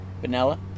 Vanilla